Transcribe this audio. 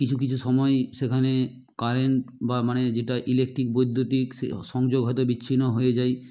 কিছু কিছু সময় সেখানে কারেন্ট বা মানে যেটা ইলেকট্রিক বৈদ্যুতিক সে সংযোগ হয়তো বিচ্ছিন্ন হয়ে যায়